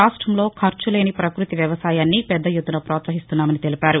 రాష్టంలో ఖర్చు లేని పకృతి వ్యవసాయాన్ని పెద్ద ఎత్తున ప్రోత్సహిస్తున్నామని తెలిపారు